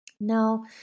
Now